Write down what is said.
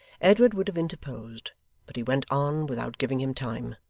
edward would have interposed, but he went on without giving him time.